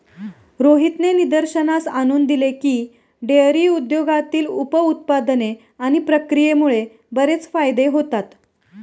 रोहितने निदर्शनास आणून दिले की, डेअरी उद्योगातील उप उत्पादने आणि प्रक्रियेमुळे बरेच फायदे होतात